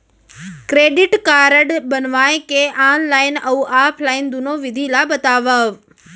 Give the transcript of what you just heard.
Credit card बनवाए के online अऊ ऑफलाइन दुनो विधि ला बतावव?